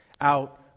out